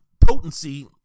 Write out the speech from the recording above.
potency